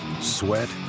sweat